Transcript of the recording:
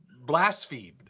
blasphemed